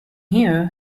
here